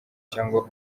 cyangwa